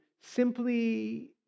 simply